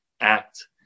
act